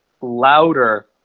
louder